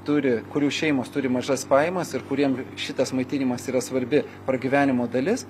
turi kurių šeimos turi mažas pajamas ir kuriem šitas maitinimas yra svarbi pragyvenimo dalis